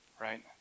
right